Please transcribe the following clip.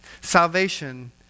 Salvation